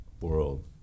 world